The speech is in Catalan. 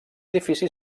edifici